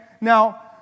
Now